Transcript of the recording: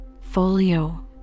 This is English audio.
Folio